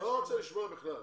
לא רוצה לשמוע בכלל.